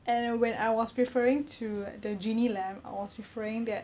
and when I was referring to the genie lamp I was referring that